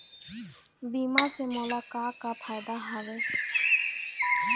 बीमा से मोला का का फायदा हवए?